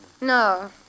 No